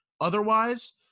Otherwise